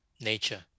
nature